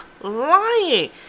lying